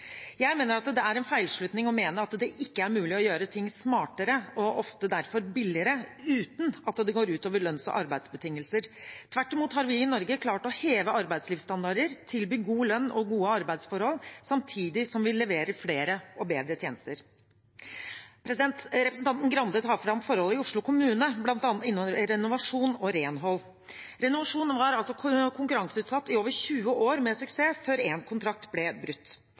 Jeg mener det er en feilslutning å hevde at det ikke er mulig å gjøre ting smartere – og derfor ofte billigere – uten at det går ut over lønns- og arbeidsbetingelser. Tvert imot har vi i Norge klart å heve arbeidslivsstandarder, tilby god lønn og gode arbeidsforhold samtidig som vi leverer flere og bedre tjenester. Representanten Grande tar opp forhold i Oslo kommune, bl.a. innen renovasjon og renhold. Renovasjon var altså konkurranseutsatt i over 20 år med suksess før én kontrakt ble brutt.